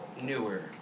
newer